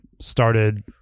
started